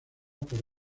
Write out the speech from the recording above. por